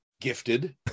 gifted